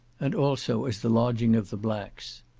and also as the lodging of the blacks.